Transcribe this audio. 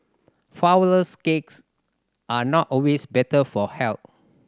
flourless cakes are not always better for health